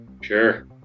Sure